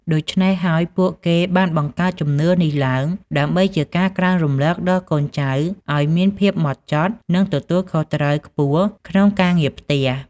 ដូច្នេះហើយ ពួកគេបានបង្កើតជំនឿនេះឡើង ដើម្បីជាការក្រើនរំលឹកដល់កូនចៅឱ្យមានភាពហ្មត់ចត់ និងទទួលខុសត្រូវខ្ពស់ក្នុងការងារផ្ទះ។